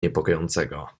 niepokojącego